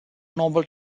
normal